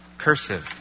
cursive